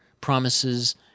promises